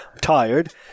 tired